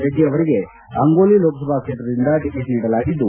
ರೆಡ್ಡಿ ಅವರಿಗೆ ಆಂಗೋಲಿ ಲೋಕಸಭಾ ಕ್ಷೇತ್ರದಿಂದ ಟಿಕೆಟ್ ನೀಡಲಾಗಿದ್ದು